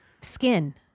skin